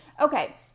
Okay